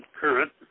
current